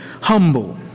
humble